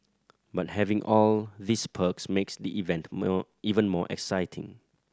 but having all these perks makes the event even more exciting